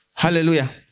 Hallelujah